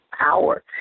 power